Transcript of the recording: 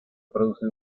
producido